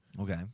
Okay